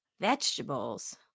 vegetables